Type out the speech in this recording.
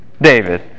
David